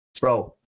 Bro